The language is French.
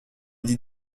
dit